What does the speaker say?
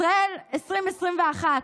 ישראל 2021,